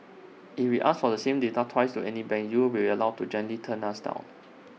if we ask for the same data twice to any banks you will be allowed to gently turn us down